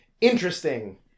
interesting